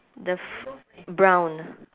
the f~ brown